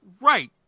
Right